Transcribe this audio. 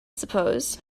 suppose